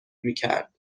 میکرد